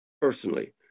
personally